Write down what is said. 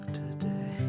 today